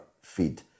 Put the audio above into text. feed